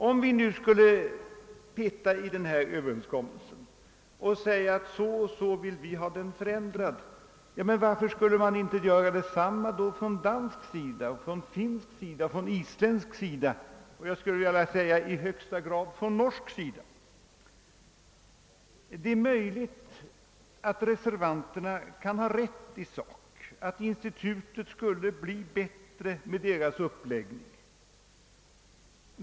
Om vi nu skulle peta i denna överenskommelse och säga att så och så vill vi ha den förändrad, varför skulle man då inte göra detsamma från dansk sida, från finsk sida och från isländsk sida och, i högsta grad, från norsk sida? Det är möjligt att reservanterna har rätt i sak, att institutet skulle bli bättre med deras uppläggning.